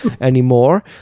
anymore